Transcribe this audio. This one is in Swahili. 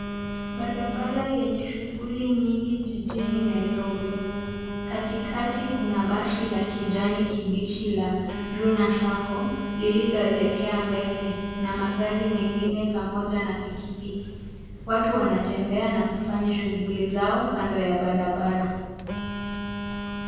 Barabara yenye shughuli nyingi jijini Nairobi. Katikati kuna basi la kijani kibichi la Runa Sacco lililoelekea mbele na magari mengine pamoja na pikipiki. Watu wanatembea na kufanya shughuli zao kando ya barabara.